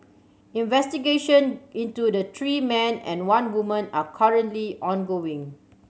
investigation into the three men and one woman are currently ongoing